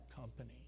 company